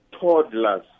toddlers